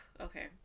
Okay